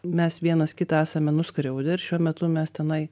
mes vienas kitą esame nuskriaudę ir šiuo metu mes tenai